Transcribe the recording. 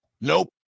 Nope